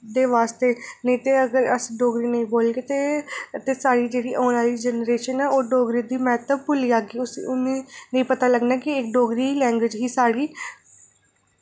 दे बास्तै नेईं तां अगर अस डोगरी नेईं बोलगे ते साढ़ी जेह्ड़ी औने आह्ली जनरेशन ऐ ओह् डोगरी दी मैहत्व भुल्ली जाह्गी ते उनें ई पता लग्गना कि डोगरी लैंग्वेज़ साढ़ी